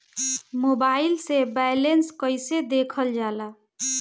Mobile से balance कइसे देखल जाला?